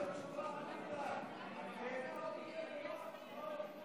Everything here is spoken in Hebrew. אדוני היושב-ראש,